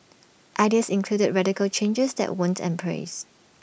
ideas included radical changes that weren't embraced